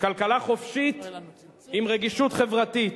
כלכלה חופשית עם רגישות חברתית,